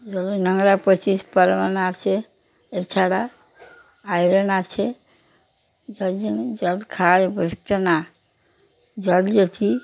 জলে নোংরা আছে এছাড়া আয়রন আছে তাই জন্যে জল খায় বুঝতে না জল যদি